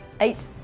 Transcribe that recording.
Eight